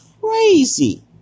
crazy